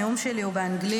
הנאום שלי הוא באנגלית,